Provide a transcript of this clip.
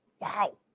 Wow